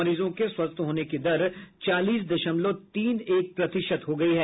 मरीजों के स्वस्थ होने की दर चालीस दशमलव तीन एक प्रतिशत हो गई है